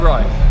Right